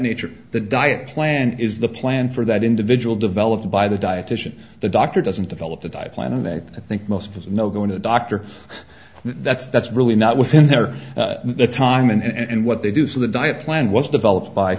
nature the diet plan is the plan for that individual developed by the dietitian the doctor doesn't develop the type plan that i think most of us know going to a doctor that's that's really not within their time and what they do so the diet plan was developed by